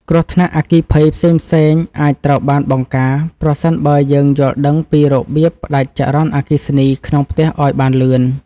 គ្រោះថ្នាក់អគ្គិភ័យផ្សេងៗអាចត្រូវបានបង្ការប្រសិនបើយើងយល់ដឹងពីរបៀបផ្តាច់ចរន្តអគ្គិសនីក្នុងផ្ទះឱ្យបានលឿន។